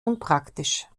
unpraktisch